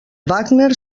wagner